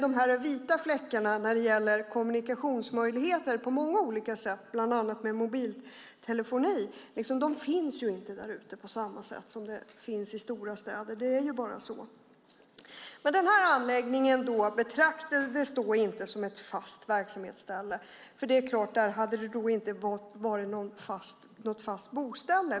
De vita fläckarna när det gäller kommunikationsmöjligheter på många olika sätt, bland annat med mobiltelefoni, därute är inte på samma sätt som de finns i stora städer. Det är bara på det sättet. Den här anläggningen betraktades inte som ett fast verksamhetsställe. Det hade inte varit något fast boställe.